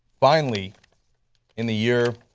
finally in the year